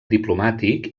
diplomàtic